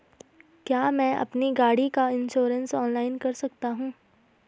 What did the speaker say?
क्या मैं अपनी गाड़ी का इन्श्योरेंस ऑनलाइन कर सकता हूँ?